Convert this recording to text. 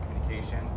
communication